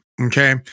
Okay